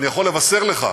אבל אני יכול לבשר לך,